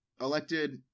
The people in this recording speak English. elected